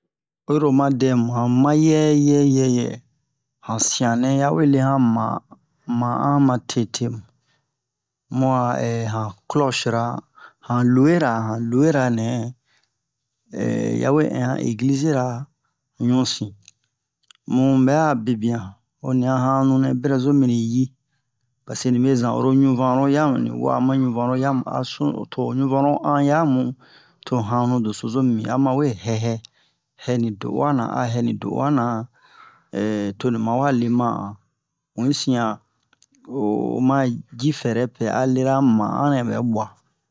Oyi ro oma dɛmu han mayɛ yɛyɛ yɛ sianɛ yawe le han man man'an ma tete mu a han klochira han lo'era han lo'era nɛ yawe in han eglizira ɲusin mu bɛ'a bebian ho ni a hanu nɛ bɛrɛ zo mini yi paseke nibe zan oro ɲuvanro hamu ni wa'a ma ɲuvanro yamu a sunu o to o ɲuvanro han yamu to hanu doso zo mini a ma we hɛhɛ hɛni do'uwa na a hɛni do'uwa na toni ma wa le ma'an mu yi sin'a o oma ji fɛrɛ pɛ a lera ma'an nɛ bɛ bu'a